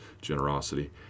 generosity